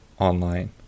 online